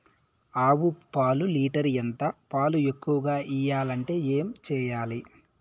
ఆవు పాలు లీటర్ ఎంత? పాలు ఎక్కువగా ఇయ్యాలంటే ఏం చేయాలి?